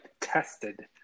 tested